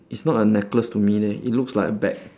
it's not a necklace to me leh it looks like a bag